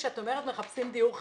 כשאת אומרת שמחפשים דיור חלופי,